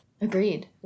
Agreed